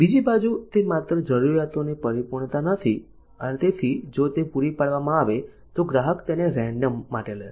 બીજી બાજુ તે માત્ર જરૂરિયાતોની પરિપૂર્ણતા નથી અને તેથી જો તે પૂરી પાડવામાં આવે તો ગ્રાહક તેને રેન્ડમ માટે લેશે